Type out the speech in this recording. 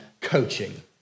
coaching